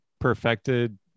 perfected